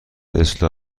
اسلو